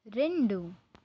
రెండు